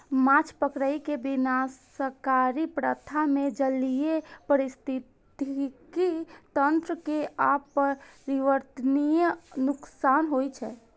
माछ पकड़ै के विनाशकारी प्रथा मे जलीय पारिस्थितिकी तंत्र कें अपरिवर्तनीय नुकसान होइ छै